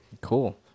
Cool